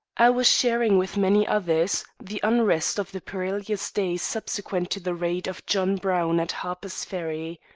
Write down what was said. i was sharing with many others the unrest of the perilous days subsequent to the raid of john brown at harper's ferry.